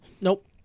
Nope